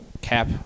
cap